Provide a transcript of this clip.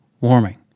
warming